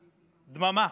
דממה,